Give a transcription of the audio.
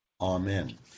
Amen